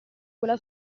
quella